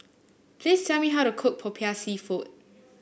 please tell me how to cook Popiah seafood